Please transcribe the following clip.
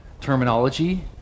terminology